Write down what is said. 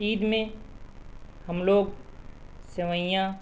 عید میں ہم لوگ سیوئیاں